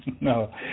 No